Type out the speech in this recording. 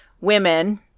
women